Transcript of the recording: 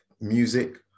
music